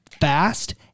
fast